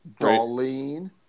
Darlene